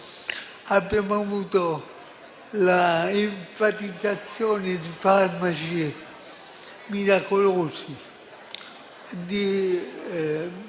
Abbiamo avuto l'enfatizzazione di farmaci miracolosi e di